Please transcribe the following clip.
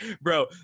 bro